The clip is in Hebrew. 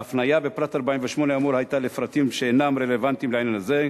ההפניה בפרט 48 האמור היתה לפרטים שאינם רלוונטיים לעניין הזה.